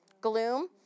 gloom